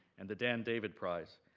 and the dan david prize.